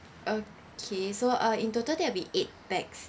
okay so uh in total there'll be eight pax